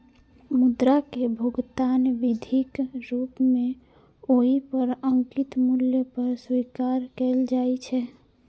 मुद्रा कें भुगतान विधिक रूप मे ओइ पर अंकित मूल्य पर स्वीकार कैल जाइ छै